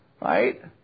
right